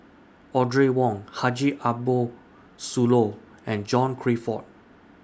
Audrey Wong Haji Ambo Sooloh and John Crawfurd